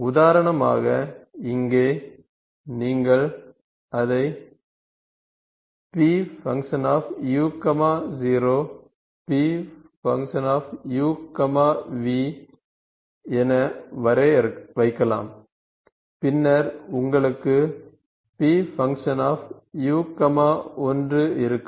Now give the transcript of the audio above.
உதாரணமாக இங்கே நீங்கள் அதை P u 0 P u v என வைக்கலாம் பின்னர் உங்களுக்கு P u 1 இருக்கும்